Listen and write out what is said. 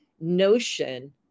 notion